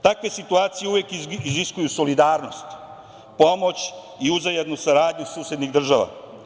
Takve situacije uvek iziskuju solidarnost, pomoć i uzajamnu saradnju susednih država.